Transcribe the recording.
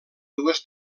dues